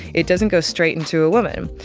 it doesn't go straight into a woman.